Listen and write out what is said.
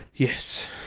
Yes